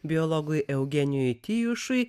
biologui eugenijui tijušui